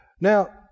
Now